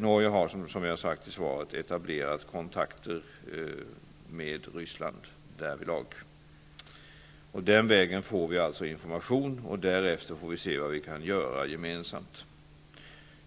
Norge har, som jag sade i svaret, etablerat kontakter med Ryssland därvidlag, och den vägen får vi information. Därefter får vi se vad vi kan göra gemensamt.